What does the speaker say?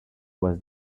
was